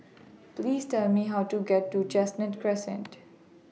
Please Tell Me How to get to Chestnut Crescent